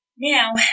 Now